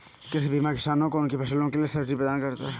कृषि बीमा किसानों को उनकी फसलों के लिए सब्सिडी प्रदान करता है